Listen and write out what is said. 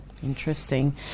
Interesting